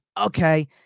okay